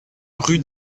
rue